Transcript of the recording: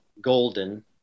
golden